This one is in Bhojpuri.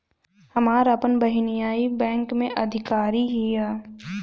हमार आपन बहिनीई बैक में अधिकारी हिअ